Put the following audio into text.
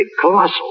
colossal